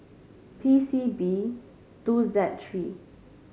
P C B two Z three